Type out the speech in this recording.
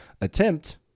attempt